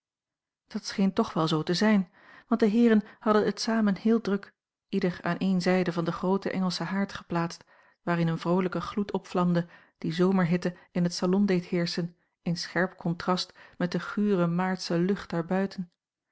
dat scheen toch wel zoo te zijn want de heeren hadden het samen heel druk ieder aan eene zijde van den grooten engelschen haard geplaatst waarin eene vroolijke gloed opvlamde die zomerhitte in het salon deed heerschen in scherp contrast met de gure maartsche lucht daarbuiten